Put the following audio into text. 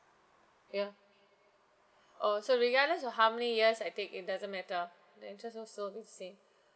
ya oh so regardless of how many years I take it doesn't matter the interest also will be the same